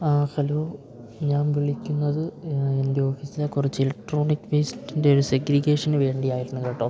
ആ ഹലോ ഞാൻ വിളിക്കുന്നത് എൻ്റെ ഓഫീസിലെ കുറച്ച് ഇലക്ട്രോണിക് വേസ്റ്റിൻ്റെ ഒരു സെഗ്രിഗേഷനു വേണ്ടിയായിരുന്നു കേട്ടോ